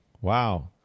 Wow